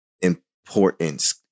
importance